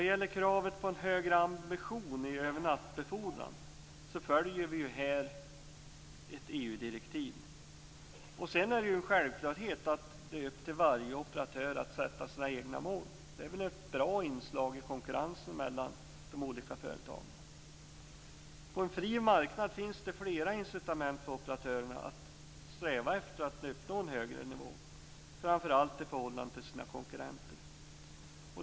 I fråga om kravet på en högre ambition när det gäller nattbefordran följer vi ett EU direktiv. Sedan är det en självklarhet att det är upp till varje operatör att sätta sina egna mål. Det är väl ett bra inslag i konkurrensen mellan de olika företagen. På en fri marknad finns det flera incitament för operatörerna att sträva efter att uppnå en högre nivå, framför allt i förhållande till sina konkurrenter.